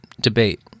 debate